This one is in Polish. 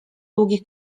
długi